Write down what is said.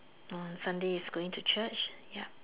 hmm Sunday is going to Church yup